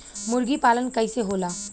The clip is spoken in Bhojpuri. मुर्गी पालन कैसे होला?